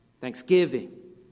thanksgiving